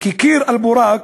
כי קיר "אל-בוראק"